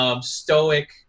Stoic